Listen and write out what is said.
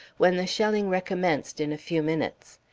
when the shelling recommenced in a few minutes.